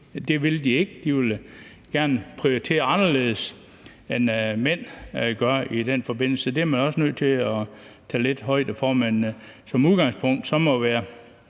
Det vil de ikke; de vil gerne prioritere anderledes, end mænd gør i den forbindelse. Det er man også nødt til at tage lidt højde for. Men som udgangspunkt må det være